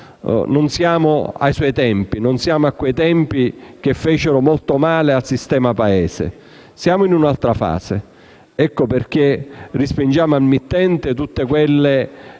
non siamo ai suoi tempi, quei tempi che fecero molto male al sistema Paese, ma siamo in un'altra fase. Ecco perché respingiamo al mittente tutte quelle